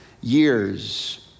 years